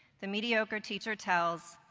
the mediocre teacher tells.